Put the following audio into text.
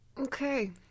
Okay